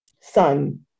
Son